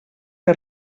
que